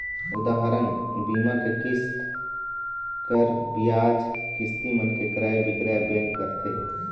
उदाहरन, बीमा के किस्त, कर, बियाज, किस्ती मन के क्रय बिक्रय बेंक करथे